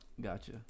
Gotcha